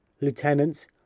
Lieutenants